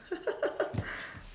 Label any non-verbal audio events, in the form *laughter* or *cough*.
*laughs*